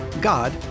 God